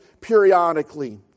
periodically